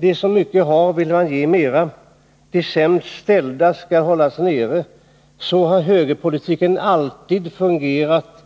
De som mycket har vill man ge mera. De sämst ställda skall hållas nere. Så har högerpolitiken alltid fungerat.